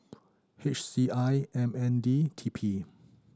H C I M N D T P